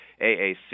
AAC